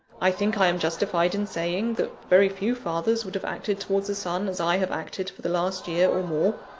i think i am justified in saying, that very few fathers would have acted towards a son as i have acted for the last year or more.